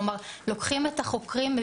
כלומר לוקחים את החוקרים,